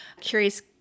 Curious